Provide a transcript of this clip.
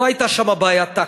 לא הייתה שם בעיה טקטית,